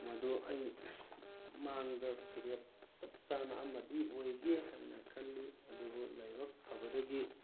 ꯃꯗꯨ ꯑꯩ ꯃꯥꯡꯗ ꯐꯤꯔꯦꯞ ꯆꯞ ꯆꯥꯅ ꯑꯃꯗꯤ ꯑꯣꯏꯒꯦ ꯍꯥꯏꯅ ꯈꯜꯂꯤ ꯑꯗꯨꯕꯨ ꯂꯥꯏꯕꯛ ꯐꯕꯗꯒꯤ